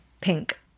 Pink